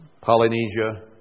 Polynesia